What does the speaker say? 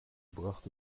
brachte